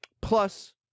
Plus